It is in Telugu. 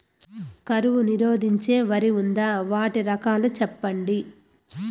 కరువు నిరోధించే వరి ఉందా? వాటి రకాలు చెప్పండి?